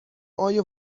آیا